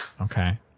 Okay